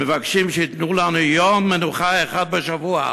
מבקשים שייתנו לנו יום מנוחה אחד בשבוע.